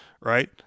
right